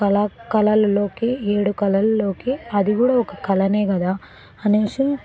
కల కళలలోకి ఏడు కళల్లోకి అది కూడా ఒక కళనే కదా అనేసి